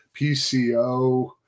PCO